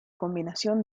combinación